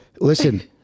listen